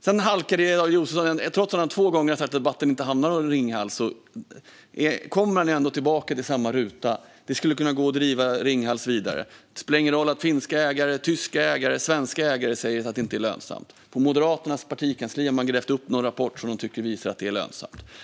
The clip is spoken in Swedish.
Trots att David Josefsson två gånger har sagt att debatten inte handlar om Ringhals kommer han ändå tillbaka till samma ruta: Det skulle kunna gå att driva Ringhals vidare, och det spelar ingen roll att finska, tyska och svenska ägare säger att det inte är lönsamt. På Moderaternas partikansli har man grävt upp en rapport som visar att det är lönsamt.